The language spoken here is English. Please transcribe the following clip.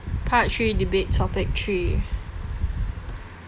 part three debate topic three